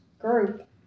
group